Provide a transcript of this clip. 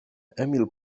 emil